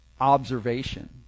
observation